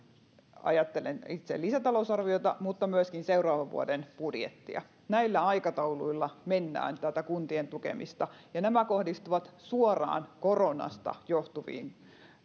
ajattelen itse lisätalousarviota mutta myöskin seuraavan vuoden budjettia näillä aikatauluilla mennään tätä kuntien tukemista ja nämä kohdistuvat suoraan koronasta johtuviin